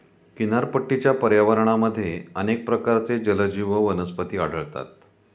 किनारपट्टीच्या पर्यावरणामध्ये अनेक प्रकारचे जलजीव व वनस्पती आढळतात